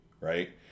right